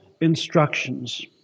instructions